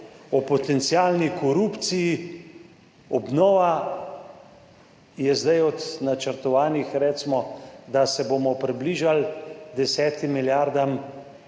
o potencialni korupciji, obnova je zdaj od načrtovanih recimo, da se bomo približali 10. milijardam,